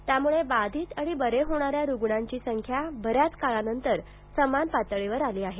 त्यामुळे बाधित आणि बरे होणाऱ्या रुग्णांची संख्याही बऱ्याच काळानंतर समान पातळीवर आली आहे